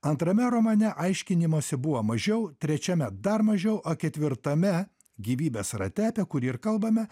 antrame romane aiškinimosi buvo mažiau trečiame dar mažiau o ketvirtame gyvybės rate apie kurį ir kalbame